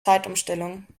zeitumstellung